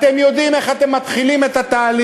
אתם יודעים איך אתם מתחילים את התהליך,